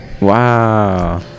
Wow